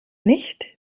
nicht